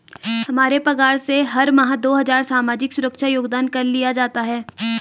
हमारे पगार से हर माह दो हजार सामाजिक सुरक्षा योगदान कर लिया जाता है